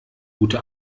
gute